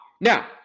Now